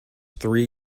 three